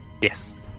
Yes